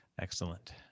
Excellent